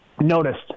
noticed